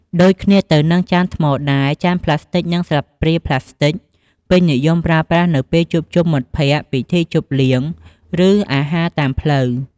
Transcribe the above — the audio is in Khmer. ដូចគ្នាទៅនឹងចានថ្មដែរ ចានប្លាស្ទិកនិងស្លាបព្រាប្លាស្ទិក ពេញនិយមប្រើប្រាស់នៅពេលជួបជុំមិត្តភ័ក្តិ ពិធីជប់លៀង ឬអាហារតាមផ្លូវ។